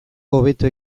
hobeto